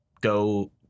go